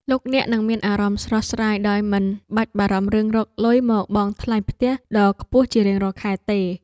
លោកអ្នកនឹងមានអារម្មណ៍ស្រស់ស្រាយដោយមិនបាច់បារម្ភរឿងរកលុយមកបង់ថ្លៃផ្ទះដ៏ខ្ពស់ជារៀងរាល់ខែទេ។